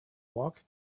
walk